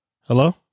Hello